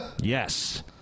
Yes